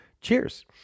Cheers